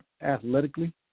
athletically